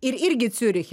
ir irgi ciuriche